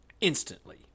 Instantly